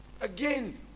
Again